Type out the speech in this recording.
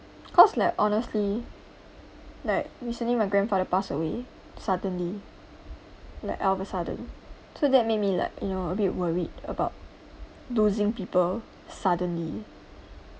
because like honestly like recently my grandfather passed away suddenly like all of a sudden so that made me like you know a bit worried about losing people suddenly